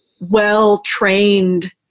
well-trained